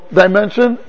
dimension